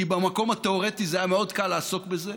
כי במקום התיאורטי זה היה מאוד קל לעסוק בזה,